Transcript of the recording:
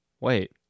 Wait